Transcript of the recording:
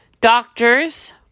Doctors